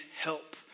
help